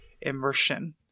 immersion